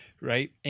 right